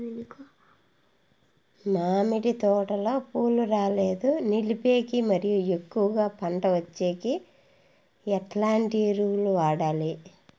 మామిడి తోటలో పూలు రాలేదు నిలిపేకి మరియు ఎక్కువగా పంట వచ్చేకి ఎట్లాంటి ఎరువులు వాడాలి?